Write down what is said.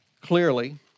clearly